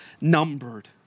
numbered